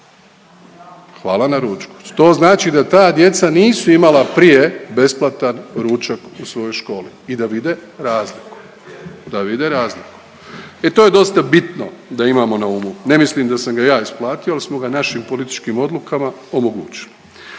hvala na ručku. To znači da ta djeca nisu imala prije besplatan ručan u svojoj školi i da vide razliku, da vide razliku. E to je dosta bitno da imamo na umu. Ne mislim da sam ga ja isplatio, ali smo ga našim političkim odlukama omogućili.